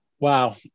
Wow